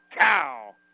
cow